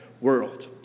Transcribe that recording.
world